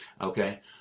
okay